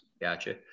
Gotcha